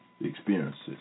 experiences